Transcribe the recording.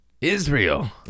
Israel